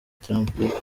trump